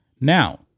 now